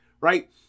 right